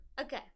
Okay